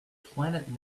planet